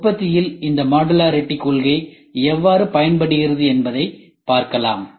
உற்பத்தியில் இந்த மாடுலரிட்டி கொள்கை எவ்வாறு பயன்படுகிறது என்பதை பார்க்கலாம்